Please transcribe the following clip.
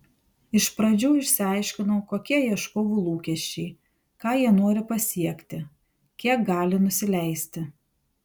iš pradžių išsiaiškinau kokie ieškovų lūkesčiai ką jie nori pasiekti kiek gali nusileisti